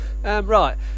Right